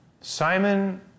Simon